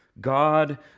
god